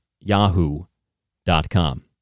yahoo.com